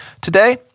Today